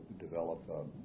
develop